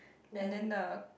and then a